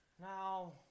Now